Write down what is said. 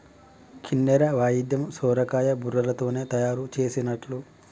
కిన్నెర వాయిద్యం సొరకాయ బుర్రలతోనే తయారు చేసిన్లట